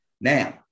Now